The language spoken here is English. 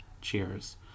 Cheers